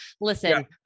listen